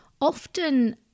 often